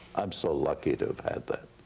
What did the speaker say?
i'm so lucky to have had that.